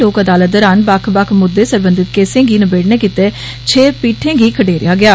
लोक अदालत दौरान बक्ख बक्ख मुद्दें सरबंधित केसें गी नबेड़ने गितै पीठें गी खड़ेरेआ गेआ